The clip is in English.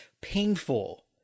painful